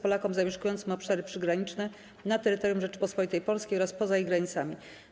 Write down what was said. Polakom zamieszkującym obszary przygraniczne na terytorium Rzeczypospolitej Polskiej oraz poza jej granicami.